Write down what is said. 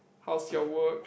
how's your work